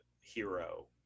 hero